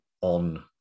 on